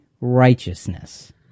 righteousness